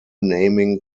naming